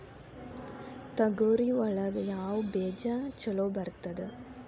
ತೊಗರಿ ಒಳಗ ಯಾವ ಬೇಜ ಛಲೋ ಬರ್ತದ?